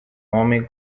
homem